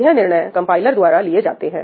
यह निर्णय कंपाइलर द्वारा लिए जाते हैं